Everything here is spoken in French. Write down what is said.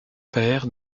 père